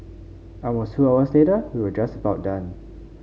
almost two hours later we were just about done